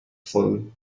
phone